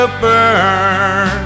burn